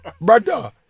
Brother